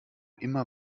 immer